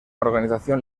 organización